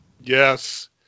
Yes